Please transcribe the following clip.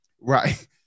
Right